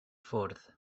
ffwrdd